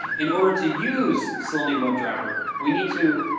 in order to use selenium webdriver, we need to